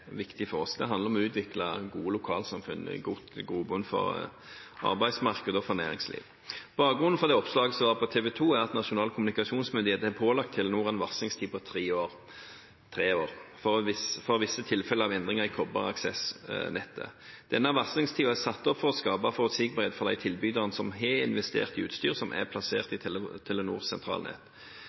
handler om å utvikle gode lokalsamfunn med god grobunn for arbeidsmarked og næringsliv. Bakgrunnen for det oppslaget som var på TV 2, er at Nasjonal kommunikasjonsmyndighet har pålagt Telenor en varslingstid på tre år for visse tilfeller av endringer i kobberaksessnettet. Denne varslingstiden er satt opp for å skape forutsigbarhet for de tilbyderne som har investert i utstyr som er plassert i Telenors sentralnett.